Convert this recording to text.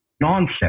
nonsense